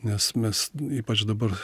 nes mes ypač dabar